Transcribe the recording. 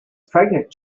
pregnant